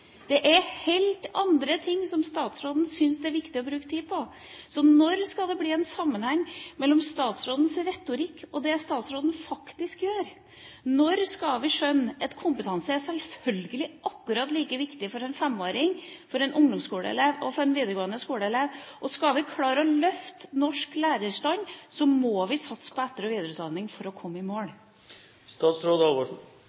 er viktig å bruke tid på. Når skal det bli en sammenheng mellom statsrådens retorikk og det statsråden faktisk gjør? Når skal vi skjønne at kompetanse selvfølgelig er akkurat like viktig for en 5-åring som for en ungdomsskoleelev og en elev i videregående skole? Og skal vi klare å løfte norsk lærerstand, må vi satse på etter- og videreutdanning for å komme i mål.